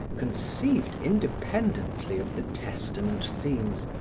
conceived independently of the testament themes,